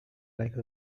like